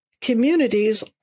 communities